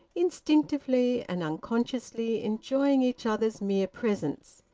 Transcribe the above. instinctively and unconsciously enjoying each other's mere presence,